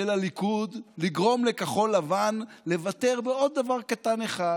של הליכוד לגרום לכחול לבן לוותר על עוד דבר קטן אחד: